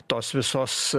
tos visos